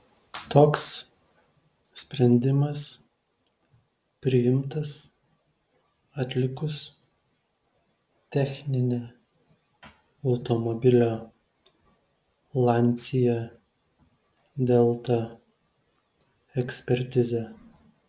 toks sprendimas priimtas atlikus techninę automobilio lancia delta ekspertizę